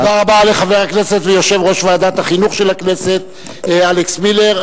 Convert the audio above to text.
תודה רבה לחבר הכנסת ויושב-ראש ועדת החינוך של הכנסת אלכס מילר.